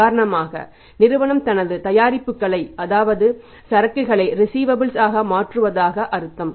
உதாரணமாக நிறுவனம் தனது தயாரிப்புகளை அதாவது சரக்குகளை ரிஸீவபல்ஸ் ஆக மாற்றுவதாக அர்த்தம்